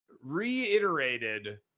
reiterated